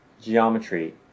geometry